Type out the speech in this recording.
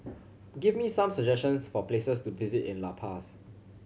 give me some suggestions for places to visit in La Paz